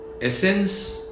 essence